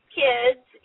kids